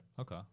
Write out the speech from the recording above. Okay